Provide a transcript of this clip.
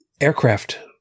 aircraft